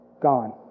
gone